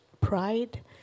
pride